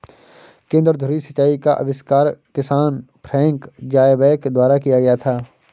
केंद्र धुरी सिंचाई का आविष्कार किसान फ्रैंक ज़ायबैक द्वारा किया गया था